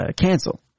cancel